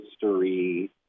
history